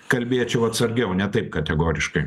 kalbėčiau atsargiau ne taip kategoriškai